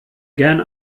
gern